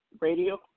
Radio